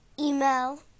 email